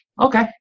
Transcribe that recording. okay